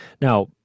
Now